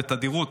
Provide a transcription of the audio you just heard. בתדירות